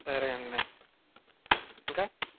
సరే అండి ఇంకా